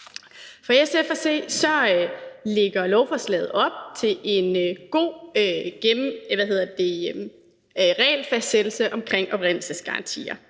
For SF at se lægger lovforslaget op til en god regelfastsættelse omkring oprindelsesgarantier.